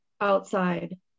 outside